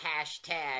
hashtag